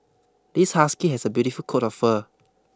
this husky has a beautiful coat of fur